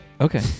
Okay